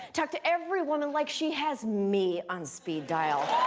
talk to every woman like she has me on speed dial.